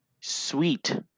sweet